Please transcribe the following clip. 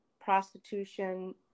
prostitution